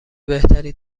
بهتری